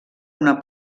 una